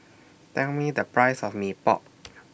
Tell Me The Price of Mee Pok